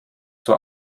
zur